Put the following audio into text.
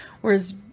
Whereas